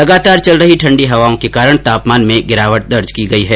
लगातार चल रही ठंडी हवाओं के कारण तापमान में गिरावट दर्ज की गई है